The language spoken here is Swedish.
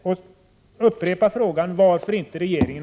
Jag upprepar frågan: Varför agerar inte regeringen?